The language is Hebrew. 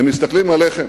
הם מסתכלים גם עליכם,